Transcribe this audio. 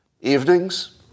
Evenings